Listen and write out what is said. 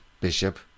bishop